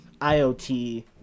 IOT